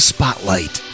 Spotlight